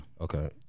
Okay